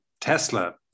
Tesla